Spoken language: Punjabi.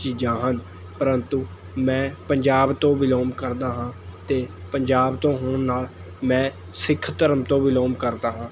ਚੀਜ਼ਾਂ ਹਨ ਪ੍ਰੰਤੂ ਮੈਂ ਪੰਜਾਬ ਤੋਂ ਬਿਲੋਂਗ ਕਰਦਾ ਹਾਂ ਅਤੇ ਪੰਜਾਬ ਤੋਂ ਹੋਣ ਨਾਲ ਮੈਂ ਸਿੱਖ ਧਰਮ ਤੋਂ ਬਿਲੋਂਗ ਕਰਦਾ ਹਾਂ